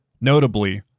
Notably